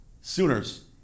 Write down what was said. Sooners